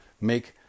make